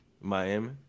Miami